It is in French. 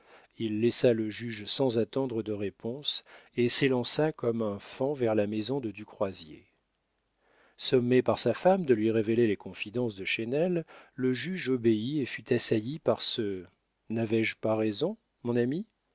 il laissa le juge sans attendre de réponse et s'élança comme un faon vers la maison de du croisier sommé par sa femme de lui révéler les confidences de chesnel le juge obéit et fut assailli par ce n'avais-je pas raison mon ami